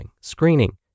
screening